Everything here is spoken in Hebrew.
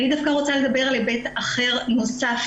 אני דווקא רוצה לדבר על היבט אחר נוסף,